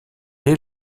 est